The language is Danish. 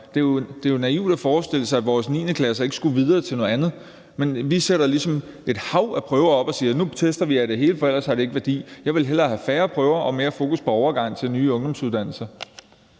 Det er jo naivt at forestille sig, at vores 9. klasser ikke skulle videre til noget andet, men vi sætter ligesom et hav af prøver op og siger: Nu tester vi jer i det hele, for ellers har det ikke værdi. Jeg ville hellere have færre prøver og mere fokus på overgangen til nye ungdomsuddannelser.